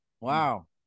Wow